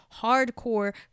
hardcore